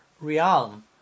realm